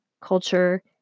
culture